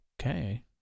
okay